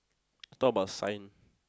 talk about sign